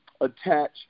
attach